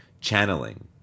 Channeling